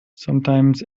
sometimes